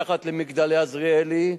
מתחת ל"מגדלי עזריאלי",